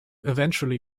eventually